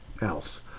else